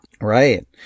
Right